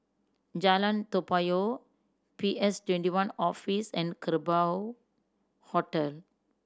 Jalan Toa Payoh P S Twenty one Office and Kerbau Hotel